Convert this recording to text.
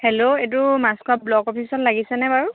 hello এইটো Machkhowa block অফিচত লাগিছেনে বাৰু